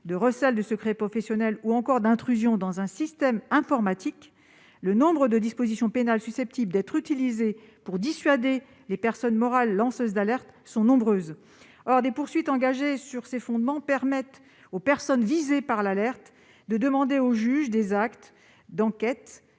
de recel de secrets professionnels ou encore d'intrusion dans un système informatique, les dispositions pénales susceptibles d'être utilisées pour dissuader les personnes morales lanceuses d'alerte sont nombreuses. Or des poursuites engagées sur ces fondements donnent aux personnes visées par l'alerte la possibilité de demander au juge des actes d'enquête-